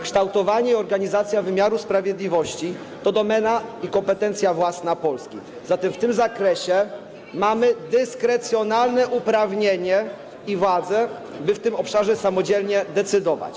Kształtowanie i organizacja wymiaru sprawiedliwości to domena i kompetencja własna Polski, zatem w tym zakresie mamy dyskrecjonalne uprawnienie i władzę, by w tym obszarze samodzielnie decydować.